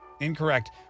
Incorrect